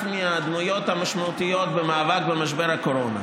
מהדמויות המשמעותיות במאבק במשבר הקורונה,